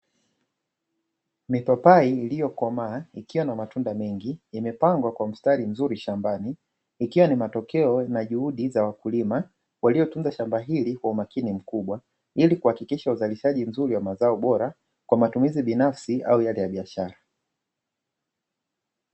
Mipapai iliokomaa ikiwa na matunda mengi imepandwa kwa mstali mzuri shambani ikiwa ni matokeo na juhudi za wakulima waliotunza shamba hili kwa umakini mkubwa, ili kuhakikisha ukuaji mzuri wa mazao bora kwa matumizi binafsi au yale ya biashara.